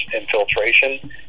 Infiltration